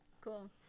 Cool